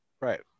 Right